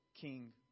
king